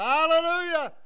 Hallelujah